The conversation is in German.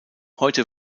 heute